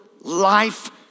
life